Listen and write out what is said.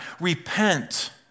repent